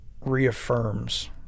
reaffirms